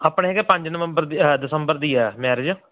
ਆਪਣੇ ਹੈਗਾ ਪੰਜ ਨਵੰਬਰ ਦਸੰਬਰ ਦੀ ਆ ਮੈਰਿਜ